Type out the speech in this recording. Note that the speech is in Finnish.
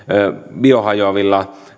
biohajoavilla